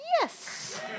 Yes